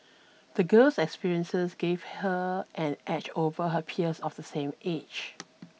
the girl's experiences gave her an edge over her peers of the same age